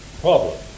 problem